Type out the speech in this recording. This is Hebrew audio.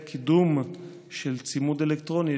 קידום של צימוד אלקטרוני,